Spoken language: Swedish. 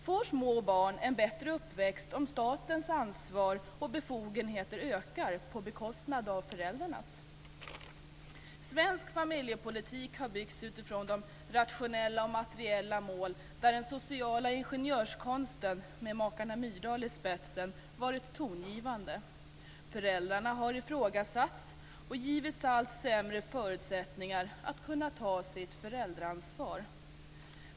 Får små barn en bättre uppväxt om statens ansvar och befogenheter ökar, på bekostnad av föräldrarnas? Svensk familjepolitik har byggts utifrån de rationella och materiella mål där den sociala ingenjörskonsten, med makarna Myrdal i spetsen, varit tongivande. Föräldrarna har ifrågasatts och givits allt sämre förutsättningar att ta sitt föräldraansvar.